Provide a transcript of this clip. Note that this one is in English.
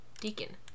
Deacon